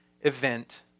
event